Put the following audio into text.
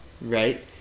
right